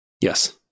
Yes